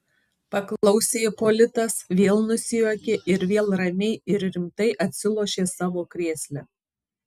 paklausė ipolitas vėl nusijuokė ir vėl ramiai ir rimtai atsilošė savo krėsle